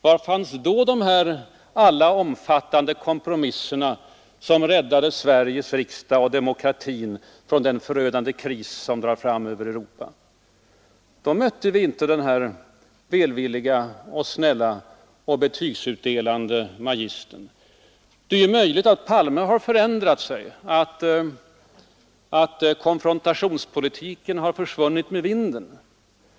Var fanns då de alla omfattande kompromisserna, som räddade Sveriges riksdag och demokratin från den förödande kris som drar fram över Europa? Då mötte vi inte den här välvillige, snälle och betygsutdelande magistern. Det är möjligt att herr Palme har förändrat sig, så att konfrontationspolitiken har försvunnit med vinden.